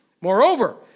Moreover